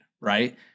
right